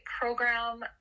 program